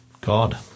God